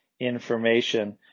information